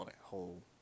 whole